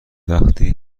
وقتی